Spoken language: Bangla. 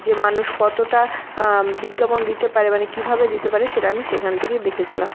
যে মানুষ কতটা বিজ্ঞাপন দিতে পারে মানে কীভাবে দিতে পারে সেটা আমি সেখান থেকেই দেখেছিলাম